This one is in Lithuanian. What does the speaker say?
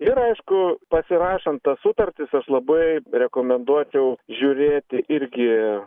ir aišku pasirašant tas sutartis aš labai rekomenduočiau žiūrėti irgi